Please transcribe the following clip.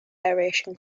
aeration